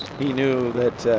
he knew that